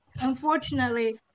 Unfortunately